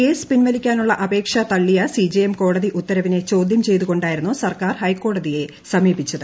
case പിൻവലിക്കാനുള്ള അപേക്ഷ തള്ളിയ സിജെഎം കോടതി ഉത്തരവിനെ ചോദ്യം ചെയ്തു കൊണ്ടായിരുന്നു സർക്കാർ ഹൈക്കോടതിയെ സമീപിച്ചത്